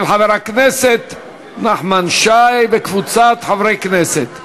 של חבר הכנסת נחמן שי וקבוצת חברי כנסת,